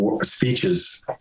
speeches